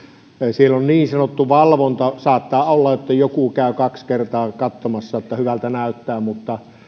siellä on niin sanottu valvonta saattaa olla että joku käy kaksi kertaa katsomassa että hyvältä näyttää mutta